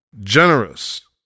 generous